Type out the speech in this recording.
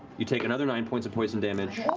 you take another nine points of poison damage.